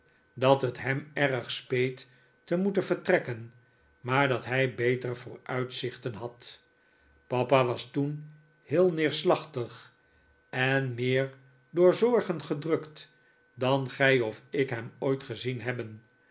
dat het hem erg speet te moeten vertrekken maar dat hij betere vooruitzichten had papa was toen heel neerslachtig en meer door zorgen gedrukt dan gij of ik hem ooit gezien hebben